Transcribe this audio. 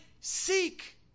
seek